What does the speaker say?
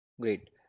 Great